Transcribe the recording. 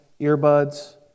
earbuds